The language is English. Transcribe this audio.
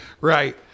Right